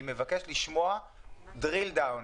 אני מבקש לשמוע דריל-דאון,